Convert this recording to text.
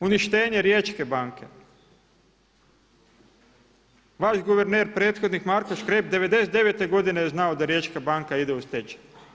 Uništenje Riječke banke, vaš guverner prethodnik Marko Škreb '99. godine je znao da Riječka banka ide u stečaj.